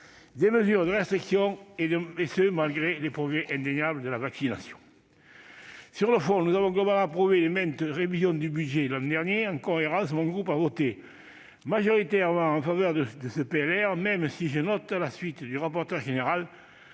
de mesures de restriction, et ce malgré les progrès indéniables de la vaccination. Sur le fond, nous avons globalement approuvé les maintes révisions du budget l'an dernier. En cohérence, mon groupe a voté majoritairement en faveur de ce projet de loi de règlement,